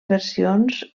versions